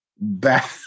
back